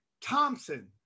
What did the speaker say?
Thompson